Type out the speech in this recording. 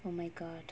oh my god